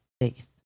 faith